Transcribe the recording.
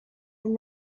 and